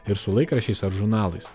ir su laikraščiais ar žurnalais